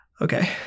Okay